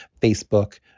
facebook